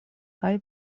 kaj